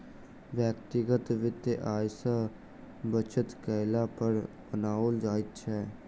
व्यक्तिगत वित्त आय सॅ बचत कयला पर बनाओल जाइत छै